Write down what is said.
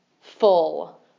full